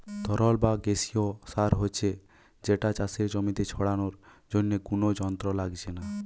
তরল বা গেসিও সার হচ্ছে যেটা চাষের জমিতে ছড়ানার জন্যে কুনো যন্ত্র লাগছে না